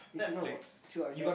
you should go and watch should I never